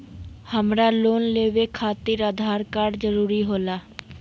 हमरा लोन लेवे खातिर आधार कार्ड जरूरी होला?